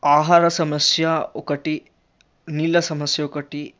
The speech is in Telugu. ఆహార సమస్య ఒకటి నీళ్ళ సమస్య ఒకటి